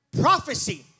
Prophecy